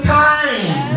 time